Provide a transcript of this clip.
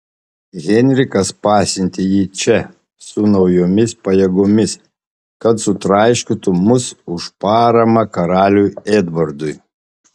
henrikas pasiuntė jį čia su naujomis pajėgomis kad sutraiškytų mus už paramą karaliui edvardui